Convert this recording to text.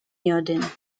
iodine